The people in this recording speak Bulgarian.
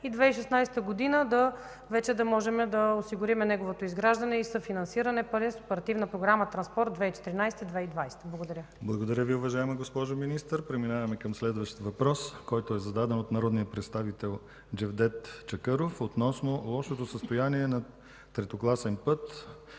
2016 г. вече да можем да осигурим неговото изграждане и съфинансиране по Оперативна програма „Транспорт” 2014 - 2020 г. Благодаря. ПРЕДСЕДАТЕЛ ДИМИТЪР ГЛАВЧЕВ: Благодаря Ви, уважаема госпожо Министър. Преминаваме към следващ въпрос, който е зададен от народния представител Джевдет Чакъров относно лошото състояние на третокласен път